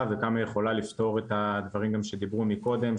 וכמה היא יכולה לפתור את הדברים גם שדיברו מקודם,